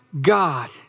God